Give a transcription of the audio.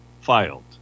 filed